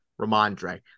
Ramondre